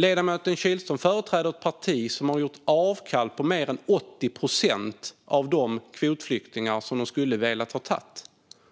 Ledamoten Kihlström företräder ett parti som har gjort avkall på mer än 80 procent av de kvotflyktingar man hade velat ta,